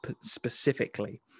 specifically